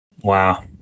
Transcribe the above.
Wow